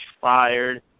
fired